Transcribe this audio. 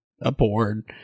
aboard